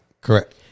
Correct